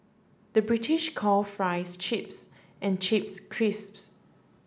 the British call fries chips and chips crisps